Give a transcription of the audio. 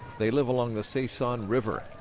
they live along the sesan river,